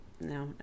No